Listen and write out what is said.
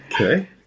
Okay